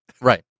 Right